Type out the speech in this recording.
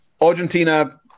Argentina